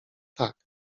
tak